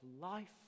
life